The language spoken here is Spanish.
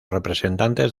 representantes